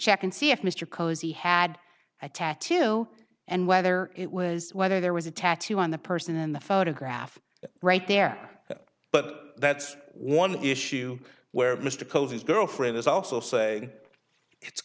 check and see if mr cosey had a tattoo and whether it was whether there was a tattoo on the person in the photograph right there but that's one issue where mr combs his girlfriend is also say it's